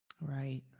Right